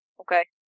Okay